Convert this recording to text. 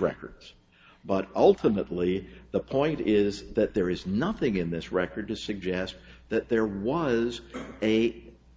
records but ultimately the point is that there is nothing in this record to suggest that there was a